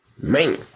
Man